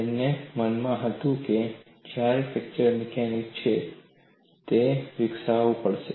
તેના મનમાં નહોતું કે ત્યાં ફ્રેક્ચર મિકેનિક્સ છે જે તેને વિકસાવવું પડશે